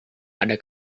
ada